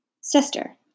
Sister